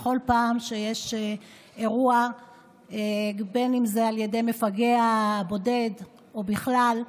בכל פעם שיש אירוע, על ידי מפגע בודד או בכלל,